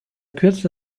kürze